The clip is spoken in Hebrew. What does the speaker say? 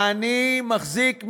אני מחזיק,